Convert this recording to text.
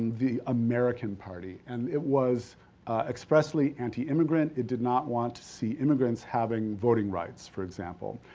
the american party, and it was expressly anti-immigrant, it did not want to see immigrants having voting rights, for example.